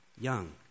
young